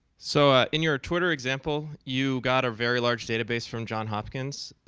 so, ah in your twitter example, you got a very large database from johns hopkins.